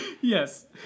Yes